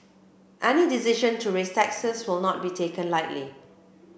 any decision to raise taxes will not be taken lightly